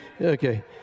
Okay